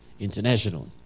international